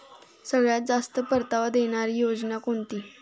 सगळ्यात जास्त परतावा देणारी योजना कोणती?